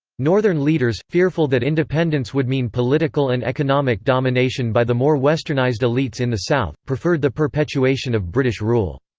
northern leaders, fearful that independence would mean political and economic domination by the more westernized westernized elites in the south, preferred the perpetuation of british rule.